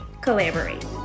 collaborate